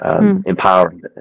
empowering